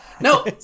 No